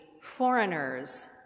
foreigners